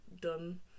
done